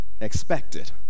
expected